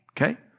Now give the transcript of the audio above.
Okay